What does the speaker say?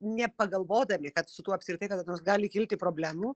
nepagalvodami kad su tuo apskritai kada nors gali kilti problemų